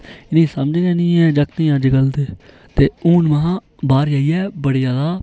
इनें समझ गै नेईं ऐ जागतें अजकल दे ते हून मे हां बाहर जेइयै बड़ी ज्यादा